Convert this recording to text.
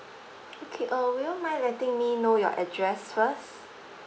okay uh would you mind letting me know your address first